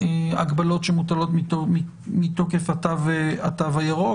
בהגבלות שמוטלות מתוקף התו הירוק.